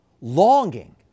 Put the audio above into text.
longing